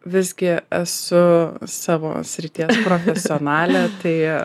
visgi esu savo srities profesionalė tai